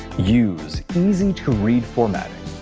use easy-to-read formatting